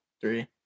three